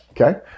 Okay